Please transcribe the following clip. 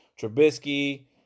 Trubisky